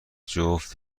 جفت